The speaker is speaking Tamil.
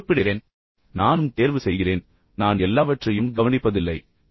எனவே நானும் தேர்வு செய்கிறேன் நான் எல்லாவற்றையும் கவனிப்பதில்லை